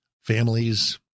Families